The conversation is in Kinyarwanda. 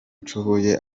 nshoboye